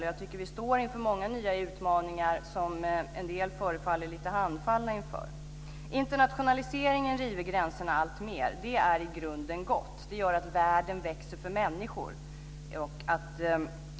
Och jag tycker att vi står inför nya utmaningar som en del förefaller lite handfallna inför. Internationaliseringen river gränserna alltmer. Det är i grunden gott. Det gör att världen växer för människor.